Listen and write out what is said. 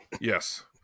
yes